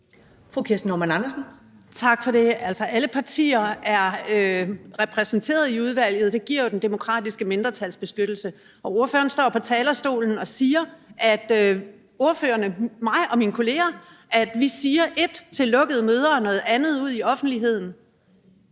Kirsten Normann Andersen (SF): Tak for det. Altså, alle partier er repræsenteret i udvalget, og det giver jo den demokratiske mindretalsbeskyttelse. Ordføreren står jo på talerstolen og siger, at jeg og mine kolleger siger et til lukkede møder og noget andet ude i offentligheden,